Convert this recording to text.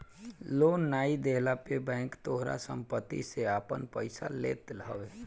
loan नाइ देहला पे बैंक तोहारी सम्पत्ति से आपन पईसा लेत हवे